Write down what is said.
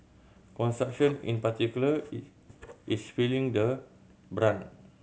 construction in particular is is feeling the brunt